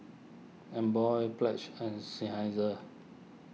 Emborg Pledge and Seinheiser